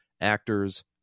actors